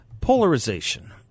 polarization